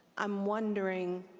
i'm wondering